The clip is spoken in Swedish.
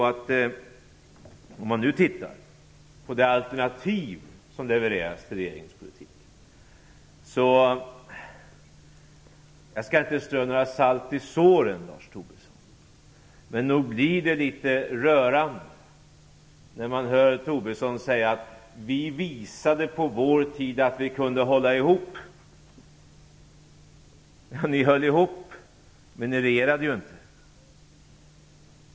Låt oss titta på de alternativ som levereras till regeringspolitik. Jag skall inte strö salt i såren, Lars Tobisson, men nog är det litet rörande att höra Lars Tobisson säga: "Vi visade under vår tid att vi kunde hålla ihop." Ja, ni höll ihop, men ni regerade inte.